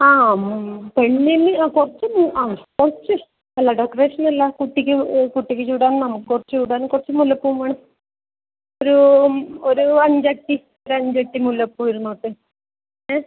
ആ പെണ്ണിന് ആ കുറച്ച് പൂ ആ കുറച്ച് അല്ല ഡെക്കറേഷനല്ല കുട്ടിക്ക് കുട്ടിക്ക് ചൂടാൻ നമ്മൾക്ക് കുറച്ച് ചൂടാൻ കുറച്ച് മുല്ലപ്പൂ വേണം ഒരൂ അഞ്ചടി അഞ്ചടി മുല്ലപ്പൂ ഇരുന്നോട്ടെ ഏ